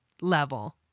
level